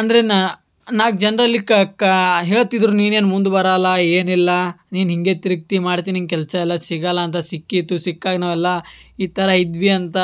ಅಂದರೆ ನಾಲ್ಕು ಜನರಲ್ಲಿ ಕ ಕಾ ಹೇಳ್ತಿದ್ದರು ನೀನು ಏನು ಮುಂದೆ ಬರೋಲ್ಲ ಏನಿಲ್ಲ ನೀನು ಹೀಗೆ ತಿರುಗ್ತಿ ಮಾಡ್ತಿ ನಿಂಗೆ ಕೆಲಸ ಎಲ್ಲ ಸಿಗಲ್ಲ ಅಂತ ಸಿಕ್ಕಿತು ಸಿಕ್ಕಾಗ ನಾವೆಲ್ಲ ಈ ಥರ ಇದ್ವಿ ಅಂತ